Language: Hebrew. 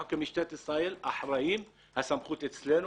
אנחנו כמשטרת ישראל אחראים והסמכות אצלנו.